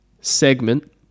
segment